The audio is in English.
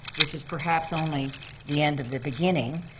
this is perhaps only the end of the beginning,